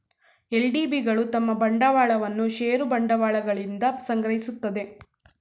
LDB ಗಳು ತಮ್ಮ ಬಂಡವಾಳವನ್ನು ಷೇರು ಬಂಡವಾಳಗಳಿಂದ ಸಂಗ್ರಹಿಸುತ್ತದೆ